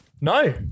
No